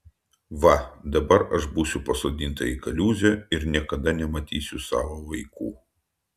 va dabar aš būsiu pasodinta į kaliūzę ir niekada nematysiu savo vaikų